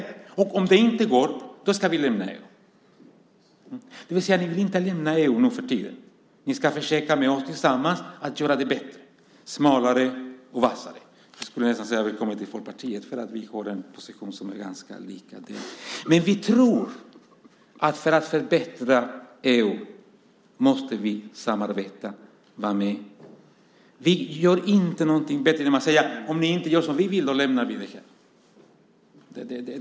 Ni säger också: Om det inte går ska vi lämna EU. Ni vill alltså inte lämna EU nu för tiden. Ni ska försöka att tillsammans med oss göra det bättre - smalare och vassare. Jag skulle nästan vilja säga: Välkommen till Folkpartiet! Vi har tydligen en opposition som är ganska lik oss. Men vi tror att för att förbättra EU måste vi samarbeta - vara med. Vi gör inte någonting bättre genom att säga: Om ni inte gör som vi vill lämnar vi det här!